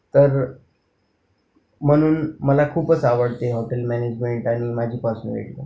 तर म्हणून मला खूपच आवडते हॉटेल मॅनेजमेंट आणि माझी पर्सनॅलिटी पण